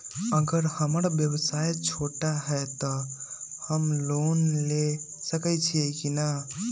अगर हमर व्यवसाय छोटा है त हम लोन ले सकईछी की न?